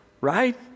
right